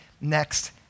next